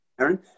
Aaron